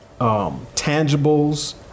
tangibles